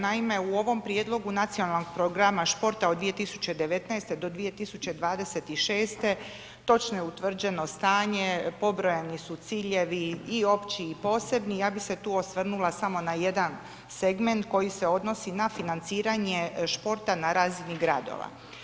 Naime, u ovom prijedlogu Nacionalnog programa športa od 2019. do 2026., točno je utvrđeno stanje, pobrojani su ciljevi i opći i posebni, ja bi se tu osvrnula samo na jedan segment koji se odnosi na financiranje športa na razini gradova.